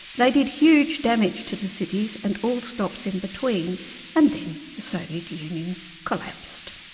they did huge damage to the cities and all stops in between and then the soviet union collapsed.